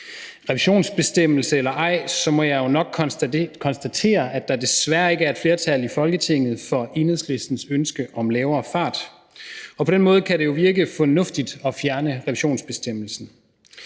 Revisionsbestemmelse eller ej, så må jeg jo nok konstatere, at der desværre ikke er et flertal i Folketinget for Enhedslistens ønske om lavere fart. På den måde kan det jo virke fornuftigt at fjerne revisionsbestemmelsen.